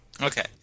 Okay